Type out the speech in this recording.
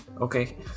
okay